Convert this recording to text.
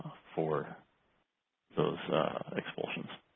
for those expulsions